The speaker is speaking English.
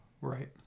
Right